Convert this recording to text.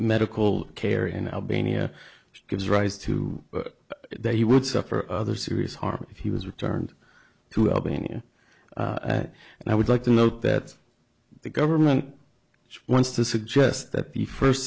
medical care in albania which gives rise to that he would suffer other serious harm if he was returned to albania and i would like to note that the government wants to suggest that the first